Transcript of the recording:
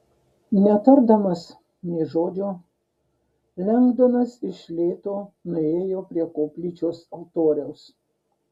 netardamas nė žodžio lengdonas iš lėto nuėjo prie koplyčios altoriaus